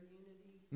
unity